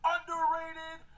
Underrated